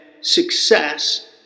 success